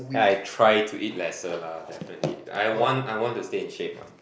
I try to eat lesser lah definitely I want I want to stay in shape [one]